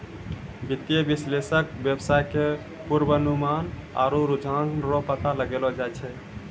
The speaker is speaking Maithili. वित्तीय विश्लेषक वेवसाय के पूर्वानुमान आरु रुझान रो पता लगैलो जाय छै